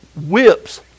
whips